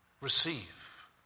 Receive